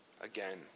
again